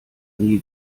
nie